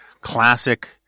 classic